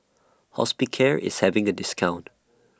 Hospicare IS having A discount